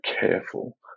careful